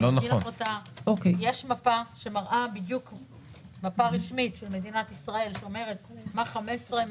יש מפה רשמית של מדינת ישראל שאומרת מה 15,